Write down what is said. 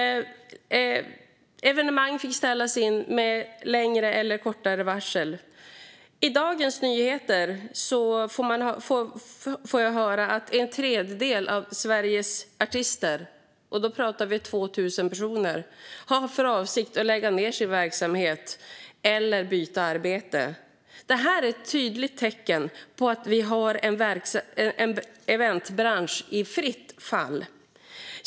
Evenemang fick ställas in med kortare eller längre varsel. I Dagens Nyheter från i dag läser jag att en tredjedel av Sveriges artister - vi talar om 2 000 personer - har för avsikt att lägga ned sin verksamhet eller byta arbete. Detta är ett tydligt tecken på att vi har en eventbransch i fritt fall.